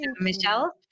Michelle